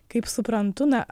kaip suprantu na